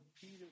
Peter